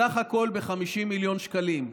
בסך הכול ב-50 מיליון שקלים.